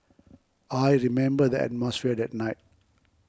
I remember the atmosphere that night